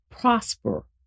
prosper